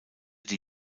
die